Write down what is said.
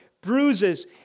bruises